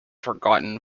forgotten